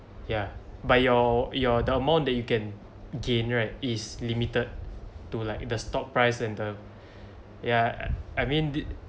ya but your your the amount that you can gain right is limited to like the stock price and the yeah I mean did